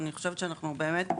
אני חושבת שאנחנו באמת,